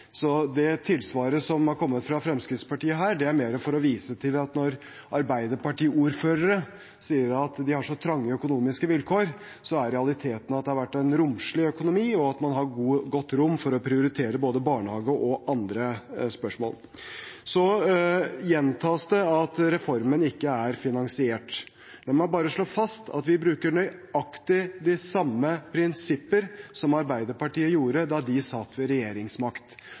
Tilsvaret som har kommet fra Fremskrittspartiet her, er mer for å vise at når Arbeiderparti-ordførere sier de har så trange økonomiske vilkår, er realiteten at det har vært en romslig økonomi, og at man har godt rom for å prioritere både barnehage og andre spørsmål. Så gjentas det at reformen ikke er finansiert. La meg bare slå fast at vi bruker nøyaktig de samme prinsippene som Arbeiderpartiet gjorde da de satt med regjeringsmakt.